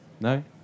no